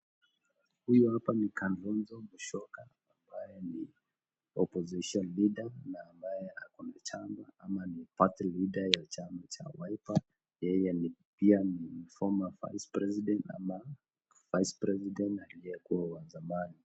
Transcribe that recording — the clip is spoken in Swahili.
Huyu hapa ni Kalonzo Musyoka ambaye ni opposition leader na ambaye ako na chama ama ni party leader ya chama cha Wiper, yeye pia ni former Vice President ama Vice President alie kuwa wa zamani.